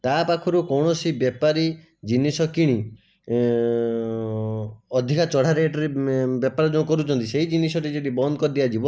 ତା ପାଖରୁ କୌଣସି ବେପାରୀ ଜିନିଷ କିଣି ଅଧିକ ଚଢ଼ା ରେଟରେ ବେପାର ଯେଉଁ କରୁଛନ୍ତି ସେଇ ଜିନିଷଟି ଯଦି ବନ୍ଦ କରି ଦିଆଯିବ